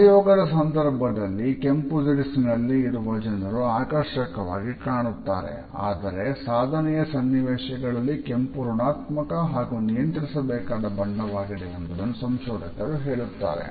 ಸಹಯೋಗದ ಸಂದರ್ಭದಲ್ಲಿ ಕೆಂಪು ದಿರಿಸಿನಲ್ಲಿ ಇರುವ ಜನರು ಆಕರ್ಷಕವಾಗಿ ಕಾಣುತ್ತಾರೆ ಆದರೆ ಸಾಧನೆಯ ಸನ್ನಿವೇಶಗಳಲ್ಲಿ ಕೆಂಪು ಋಣಾತ್ಮಕ ಹಾಗೂ ನಿಯಂತ್ರಿಸಬೇಕಾದ ಬಣ್ಣವಾಗಿದೆ ಎಂಬುದನ್ನು ಸಂಶೋಧಕರು ಹೇಳುತ್ತಾರೆ